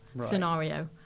scenario